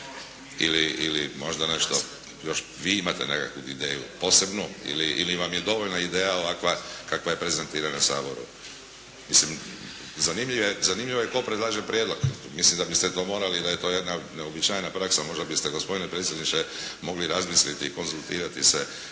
ili možda nešto vi imate nekakvu ideju posebnu ili vam je dovoljna ideja ovakva kakva je prezentirana Saboru. Mislim zanimljivo je tko predlaže prijedlog, mislim da biste to morali, da je to jedna neuobičajena praksa, možda biste gospodine predsjedniče mogli razmisliti i konzultirati se